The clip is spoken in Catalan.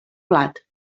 plat